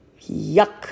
Yuck